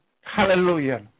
Hallelujah